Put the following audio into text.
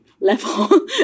level